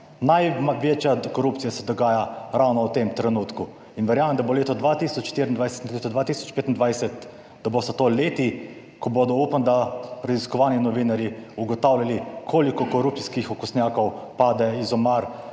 Največja korupcija se dogaja ravno v tem trenutku in verjamem, da bo leto 2024 na leto 2025, da bosta to leti, ko bodo, upam da raziskovalni novinarji ugotavljali koliko korupcijskih okostnjakov pade iz omar